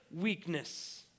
weakness